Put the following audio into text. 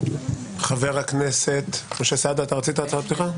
חבר הכנסת משה סעדה, אתה רצית הצהרת פתיחה?